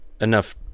enough